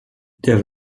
der